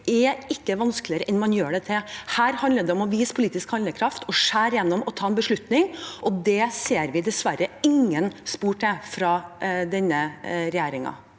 er ikke vanskeligere enn det man gjør det til. Her handler det om å vise politisk handlekraft, skjære gjennom og ta en beslutning. Det ser vi dessverre ingen spor av fra denne regjeringen.